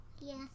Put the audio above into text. Yes